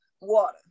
water